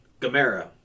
Gamera